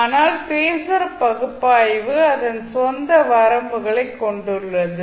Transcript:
ஆனால் பேஸர் பகுப்பாய்வு அதன் சொந்த வரம்புகளைக் கொண்டுள்ளது